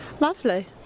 Lovely